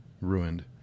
Ruined